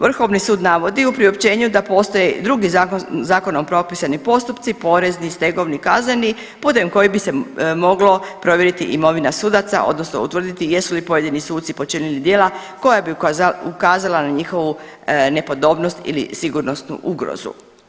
Vrhovni sud navodi u priopćenju da postoje drugi zakonom propisani postupci porezni, stegovni, kazneni putem kojih bi se moglo provjeriti imovina sudaca odnosno utvrditi jesu li pojedini suci počinili djela koja bi ukazala na njihovu nepodobnost ili sigurnosnu ugrozu.